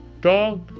dog